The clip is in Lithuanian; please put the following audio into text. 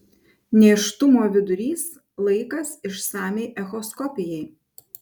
nėštumo vidurys laikas išsamiai echoskopijai